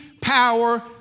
power